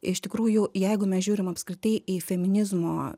iš tikrųjų jeigu mes žiūrim apskritai į feminizmo